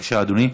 בבקשה, אדוני.